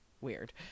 weird